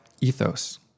ethos